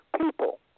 people